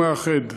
ומאחד.